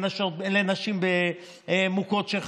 לנשים מוכות,